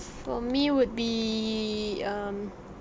for me would be um